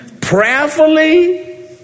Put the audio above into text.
Prayerfully